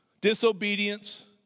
disobedience